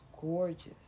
gorgeous